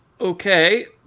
Okay